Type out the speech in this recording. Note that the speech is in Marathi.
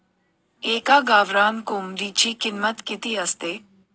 एका गावरान कोंबडीची किंमत किती असते?